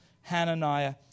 Hananiah